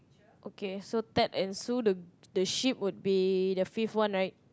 okay so Ted and Sue the the sheep would be the fifth one right